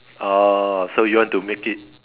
orh so you want to make it